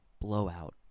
Blowout